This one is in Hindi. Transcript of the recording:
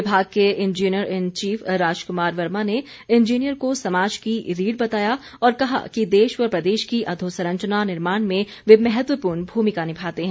विभाग के engineer in chief Rajkumar Verma ने इंजीनियर को समाज की रीढ़ बताया और कहा कि देश व प्रदेश की अधोसंरचना निर्माण में वे महत्वपूर्ण भूमिका निभाते हैं